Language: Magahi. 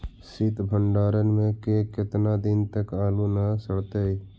सित भंडार में के केतना दिन तक आलू न सड़तै?